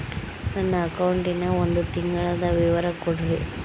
ನನ್ನ ಅಕೌಂಟಿನ ಒಂದು ತಿಂಗಳದ ವಿವರ ಕೊಡ್ರಿ?